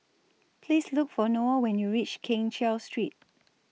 Please Look For Noel when YOU REACH Keng Cheow Street